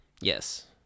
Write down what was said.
Yes